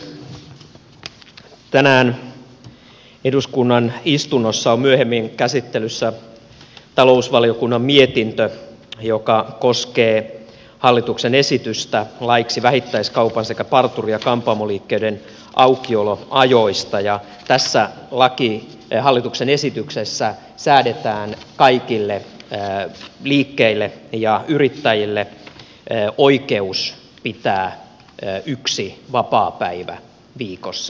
tänään eduskunnan istunnossa on myöhemmin käsittelyssä talousvaliokunnan mietintö joka koskee hallituksen esitystä laiksi vähittäiskaupan sekä parturi ja kampaamoliikkeiden aukioloajoista ja tässä hallituksen esityksessä säädetään kaikille liikkeille ja yrittäjille oikeus pitää yksi vapaapäivä viikossa